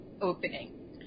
opening